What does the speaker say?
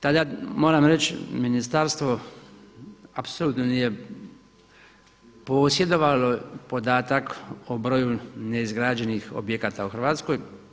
Tada moram reći ministarstvo apsolutno nije posjedovalo podatak o broju neizgrađenih objekata u Hrvatskoj.